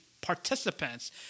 participants